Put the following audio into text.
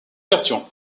versions